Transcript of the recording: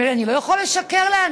הוא אומר לי: אני לא יכול לשקר לאנשים.